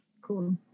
cool